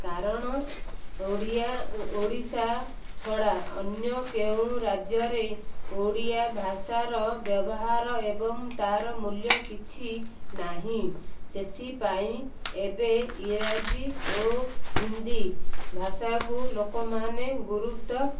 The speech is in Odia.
କାରଣ ଓଡ଼ିଆ ଓଡ଼ିଶା ଛଡ଼ା ଅନ୍ୟ କେଉଁ ରାଜ୍ୟରେ ଓଡ଼ିଆ ଭାଷାର ବ୍ୟବହାର ଏବଂ ତା'ର ମୂଲ୍ୟ କିଛି ନାହିଁ ସେଥିପାଇଁ ଏବେ ଇଂରାଜୀ ଓ ହିନ୍ଦୀ ଭାଷାକୁ ଲୋକମାନେ ଗୁରୁତ୍ୱ